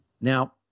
Now